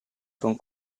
con